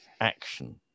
action